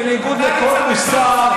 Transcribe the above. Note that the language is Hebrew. בניגוד לכל מוסר,